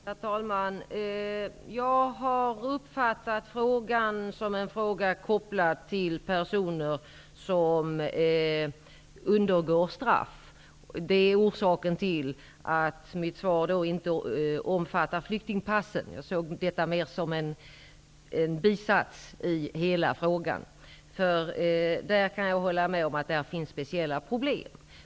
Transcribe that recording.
Herr talman! Jag har uppfattat frågan som en fråga kopplad till personer som undergår straff. Det är orsaken till att mitt svar inte omfattar frågan om flyktingpassen. Jag uppfattade denna mer som en bisats i hela frågan. Jag kan hålla med om att det beträffande den frågan finns speciella problem.